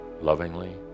lovingly